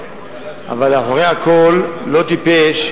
אבל אחרי הכול הוא לא טיפש,